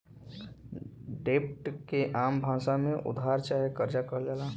डेब्ट के आम भासा मे उधार चाहे कर्जा कहल जाला